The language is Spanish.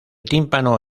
tímpano